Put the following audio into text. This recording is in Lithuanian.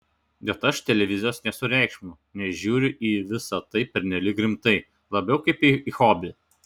bet aš televizijos nesureikšminu nežiūriu į visa tai pernelyg rimtai labiau kaip į hobį